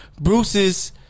Bruce's